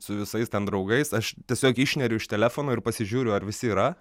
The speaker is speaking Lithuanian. su visais ten draugais aš tiesiog išneriu iš telefono ir pasižiūriu ar visi yra